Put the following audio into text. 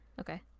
Okay